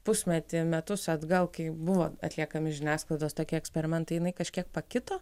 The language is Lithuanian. pusmetį metus atgal kai buvo atliekami žiniasklaidos tokie eksperimentai jinai kažkiek pakito